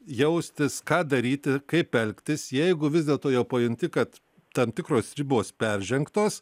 jaustis ką daryti kaip elgtis jeigu vis dėlto jau pajunti kad tam tikros ribos peržengtos